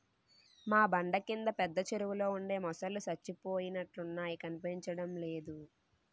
మా బండ కింద పెద్ద చెరువులో ఉండే మొసల్లు సచ్చిపోయినట్లున్నాయి కనిపించడమే లేదు